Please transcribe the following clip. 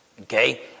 Okay